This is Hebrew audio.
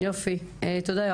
תודה.